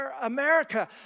America